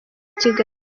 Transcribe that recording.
kigali